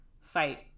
fight